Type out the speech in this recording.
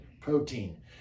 protein